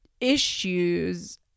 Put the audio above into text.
issues